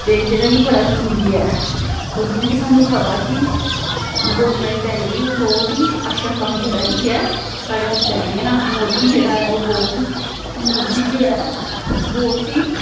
ते जेह्ड़ा कि बड़ा जरूरी ऐ ओह् जियां कि सानू पता कि गौरमैंट ऐ जेह्ड़ी ओह् बहुत हई अच्छा कम्म करा दी ऐ साढ़े आस्तै ठीक ऐ ना मोदी जेह्ड़ा ऐ ओह् बहुत मोदी जो ऐ बहुत हई